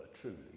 truly